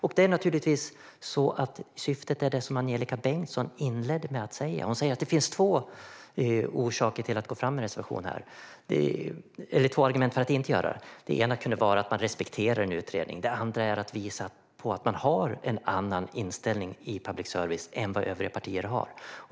Syftet är naturligtvis det som Angelika Bengtsson inledde med. Hon sa att det finns två argument för att inte gå fram med reservation här: Det ena kunde vara att man respekterar en utredning, och det andra är att man vill visa att man har en annan inställning när det gäller public service än övriga partier.